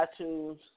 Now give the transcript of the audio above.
iTunes